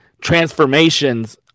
transformations